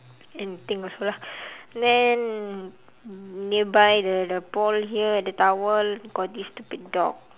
anything also lah and then nearby the the pole here the towel got this stupid dog